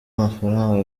amafaranga